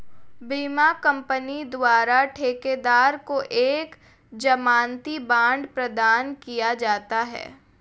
बीमा कंपनी द्वारा ठेकेदार को एक जमानती बांड प्रदान किया जाता है